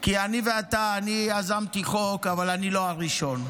כי אני יזמתי חוק, אבל אני לא הראשון.